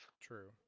true